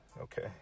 Okay